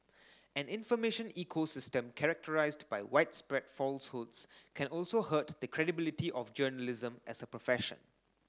an information ecosystem characterised by widespread falsehoods can also hurt the credibility of journalism as a profession